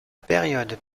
période